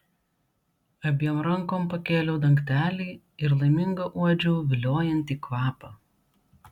abiem rankom pakėliau dangtelį ir laiminga uodžiau viliojantį kvapą